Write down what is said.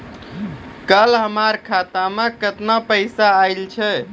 कल हमर खाता मैं केतना पैसा आइल छै?